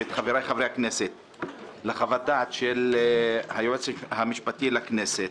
ואת חבריי חברי הכנסת לחוות דעת של היועץ המשפטי לכנסת,